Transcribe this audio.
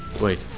Wait